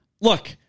look